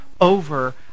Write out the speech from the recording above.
over